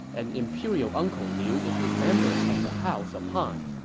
and imperial uncle liu is a member of the house of han.